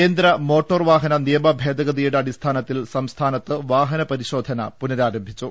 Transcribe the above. കേന്ദ്ര മോട്ടോർവാഹന നിയമഭേദ്ദഗതിയുടെ അടിസ്ഥാന ത്തിൽ സംസ്ഥാനത്ത് വാഹന പ്രിശോധന പുനരാരംഭിച്ചു